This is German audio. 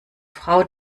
frau